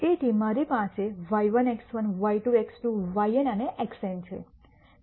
તેથી મારી પાસે y1 x1 y2 x2 yn અને xn છે